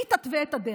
שהיא תתווה את הדרך.